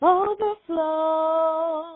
overflow